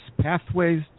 pathways